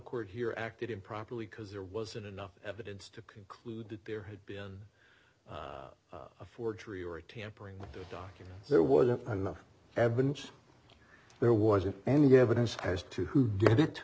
court here acted improperly because there wasn't enough evidence to conclude that there had been a forgery or tampering with the documents there wasn't enough evidence there wasn't any evidence as to who did it